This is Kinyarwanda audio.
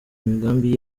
imigambi